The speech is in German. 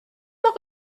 noch